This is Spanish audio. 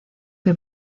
que